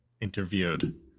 interviewed